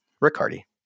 Riccardi